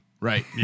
right